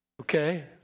okay